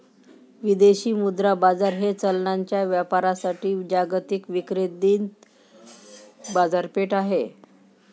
विदेशी मुद्रा बाजार हे चलनांच्या व्यापारासाठी जागतिक विकेंद्रित बाजारपेठ आहे